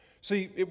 See